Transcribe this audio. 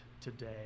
today